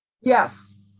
yes